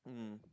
mm